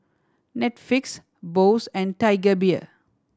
Netflix Bose and Tiger Beer